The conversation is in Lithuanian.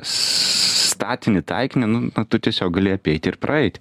statinį taikinį nu tu tiesiog gali apeiti ir praeit